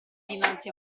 dinanzi